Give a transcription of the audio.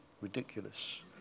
ridiculous